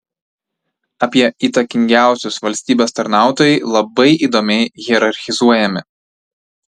apie įtakingiausius valstybės tarnautojai labai įdomiai hierarchizuojami